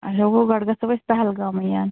آچھا گوٚو گۄڈٕ گژھو أسۍ پہلگامٕے